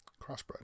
crossbred